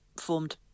formed